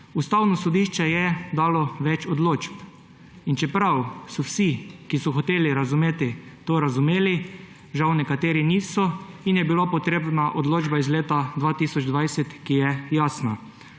Ustavno sodišče je dalo več odločb. Čeprav so vsi, ki so hoteli razumeti, to razumeli, žal nekateri niso in je bila potrebna odločba iz leta 2020, ki je jasna.